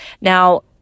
Now